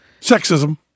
Sexism